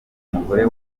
umugore